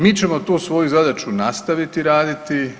Mi ćemo tu svoju zadaću nastaviti raditi.